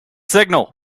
signal